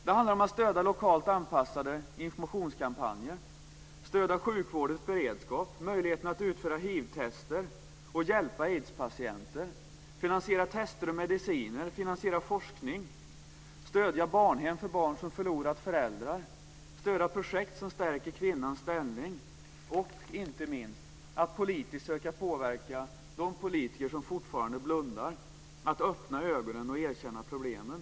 Det handlar om att stödja lokalt anpassade informationskampanjer. Det handlar om sjukvårdens beredskap, om möjligheten att utföra hivtester och hjälpa aidspatienter, om att finansiera tester och mediciner, om att finansiera forskning, om att stödja barnhem för barn som förlorat föräldrar, om att stödja projekt som stärker kvinnans ställning och, inte minst, om att politiskt försöka påverka de politiker som fortfarande blundar så att de öppnar ögonen och erkänner problemen.